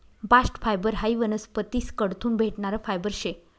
bast fibre हायी वनस्पतीस कडथून भेटणारं फायबर शे